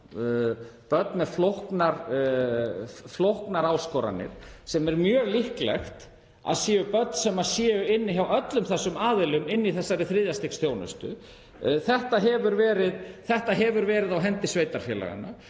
börn með flóknar áskoranir, sem er mjög líklegt að séu börn sem eru inni hjá öllum þessum aðilum í þessari þriðja stigs þjónustu. Þetta hefur verið á hendi sveitarfélaganna.